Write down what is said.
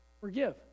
Forgive